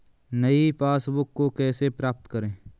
नई पासबुक को कैसे प्राप्त करें?